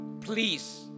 please